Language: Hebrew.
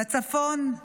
בצפון,